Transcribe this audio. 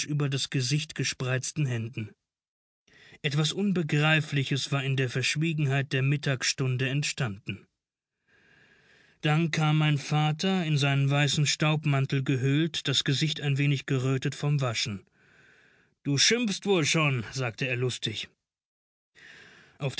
über das gesicht gespreizten händen etwas unbegreifliches war in der verschwiegenheit der mittagsstunde entstanden dann kam mein vater in seinen weißen staubmantel gehüllt das gesicht ein wenig gerötet vom waschen du schimpfst wohl schon sagte er lustig